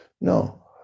No